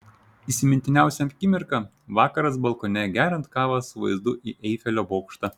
įsimintiniausia akimirka vakaras balkone geriant kavą su vaizdu į eifelio bokštą